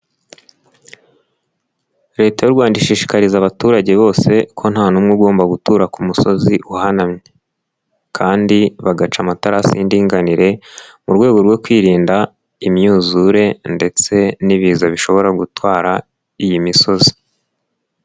Leta y'u Rwanda ishishikariza abaturage bose ko nta ntanumwe ugomba gutura ku musozi uhanamye, kandi bagaca amatara y'indinganire mu rwego rwo kwirinda imyuzure ndetse n'ibiza bishobora gutwara iyi misozi.